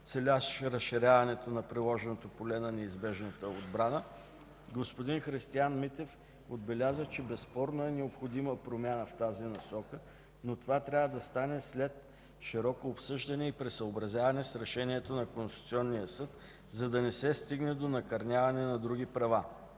целящ разширяването на приложното поле на неизбежната отбрана, господин Христиан Митев отбеляза, че безспорно е необходима промяна в тази насока, но това трябва да стане след широко обсъждане и при съобразяване с решението на Конституционния съд, за да не се стигне до накърняване на други права.